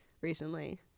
recently